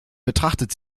betrachtet